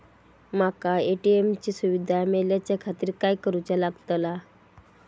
माका ए.टी.एम ची सुविधा मेलाच्याखातिर काय करूचा लागतला?